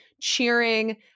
cheering